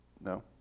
No